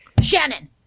Shannon